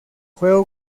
juego